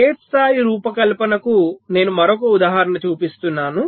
gate స్థాయి రూపకల్పనకు నేను మరొక ఉదాహరణ చూపిస్తున్నాను